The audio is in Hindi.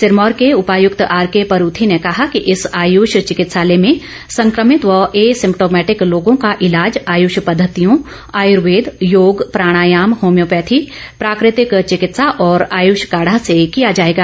सिरमौर के उपायुक्त आरंके परूथी ने कहा कि इस आयुष चिकित्सालय में संक्रमित व ए सिम्पटोमैटिक लोगों का ईलाज आयुष पद्धतियों आयुर्वेद योग प्राणायम होम्योपैथी प्राकृतिक चिकित्सा और आयुष काढ़ा से किया जाएगा